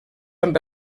amb